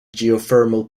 geothermal